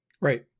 Right